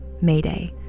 Mayday